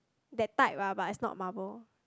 that type ah but it's not marble